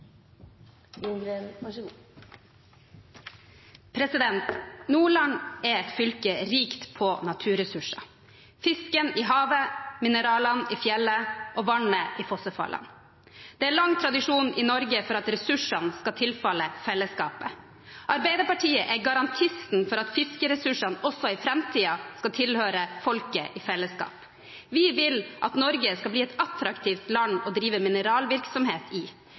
Nordland er et fylke rikt på naturressurser – fisken i havet, mineralene i fjellet og vannet i fossefallene. Det er lang tradisjon i Norge for at ressursene skal tilfalle fellesskapet. Arbeiderpartiet er garantisten for at fiskeressursene også i framtiden skal tilhøre folket i fellesskap. Vi vil at Norge skal bli et attraktivt land å drive mineralvirksomhet i